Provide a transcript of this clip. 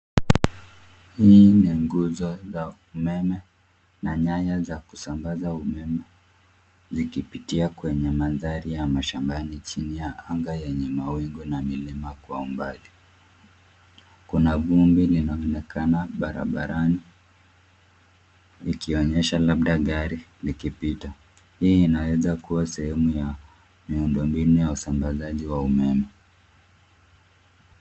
Hii ni nguzo za umeme na nyaya za kusambaza umeme zikipitia kwenye mandhari ya mashambani chini ya anga yenye mawingu na milima kwa umbali. Kuna vumbi linaonekana barabarani likionyesha labda gari likipita. Hii inaweza kuwa sehemu ya miundo mbinu ya usambazaji wa umeme.